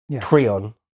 Creon